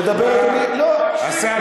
תדבר, אדוני.